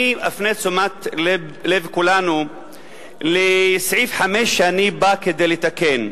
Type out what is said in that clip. אני אפנה את תשומת לב כולנו לסעיף 5 שאותו אני בא כדי לתקן.